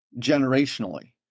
generationally